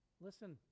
Listen